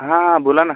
हां बोला ना